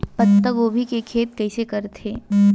पत्तागोभी के खेती कइसे करथे?